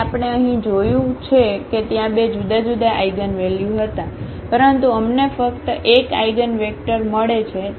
તેથી આપણે અહીં જોયું છે કે ત્યાં બે જુદા જુદા આઇગનવેલ્યુ હતા પરંતુ અમને ફક્ત એક આઇગનવેક્ટર મળે છે